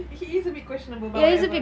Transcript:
he is a bit questionable but whatever